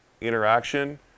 interaction